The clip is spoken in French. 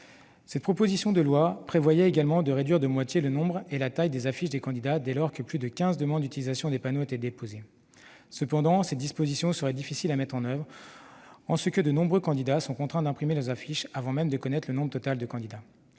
Cette proposition de loi prévoyait également de réduire de moitié le nombre et la taille des affiches des candidats dès lors que plus de quinze demandes d'utilisation des panneaux étaient déposées. Cependant, cette disposition serait difficile à mettre en oeuvre, de nombreux candidats étant contraints d'imprimer leurs affiches avant même de connaître le nombre total de candidats.